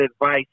advice